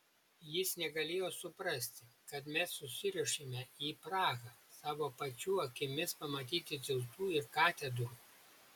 jis negalėjo suprasti kad mes susiruošėme į prahą savo pačių akimis pamatyti tiltų ir katedrų